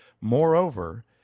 Moreover